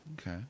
Okay